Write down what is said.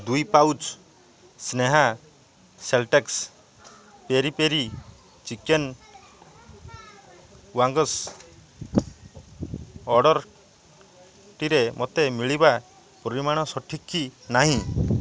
ଦୁଇ ପାଉଚ୍ ସ୍ନେହା ସେଲଟେକ୍ସ୍ peri peri chicken wings ଅର୍ଡ଼ର୍ଟିରେ ମୋତେ ମିଳିବା ପରିମାଣ ସଠିକ୍ କି ନାହିଁ